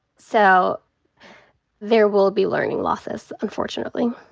so there will be learning losses unfortunately.